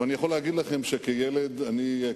אבל אני יכול להגיד לכם, שכילד קראתי